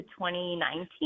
2019